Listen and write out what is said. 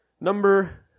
Number